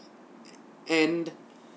and